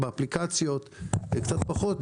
באפליקציות קצת פחות,